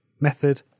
method